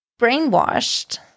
brainwashed